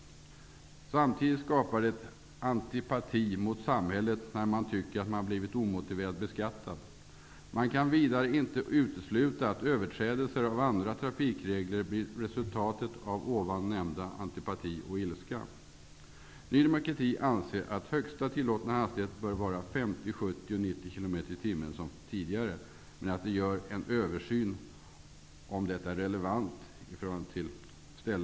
Samtidigt skapar det antipati mot samhället när man tycker att man blivit omotiverat beskattad. Man kan vidare inte uteslsuta att överträdelser av andra trafikregler blir resultatet av nämnda antipati och ilska. Ny demokrati anser att högsta tillåtna hastighet bör vara 50, 70 och 90 km i timmen som tidigare, men att en översyn bör göras av om hastigheten är relevant i förhållande till platsen.